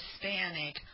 Hispanic